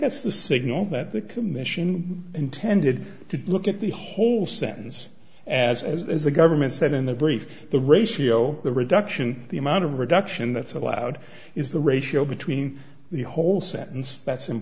that's the signal that the commission intended to look at the whole sentence as as the government said in the brief the ratio the reduction the amount of reduction that's allowed is the ratio between the whole sentence that's